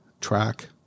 track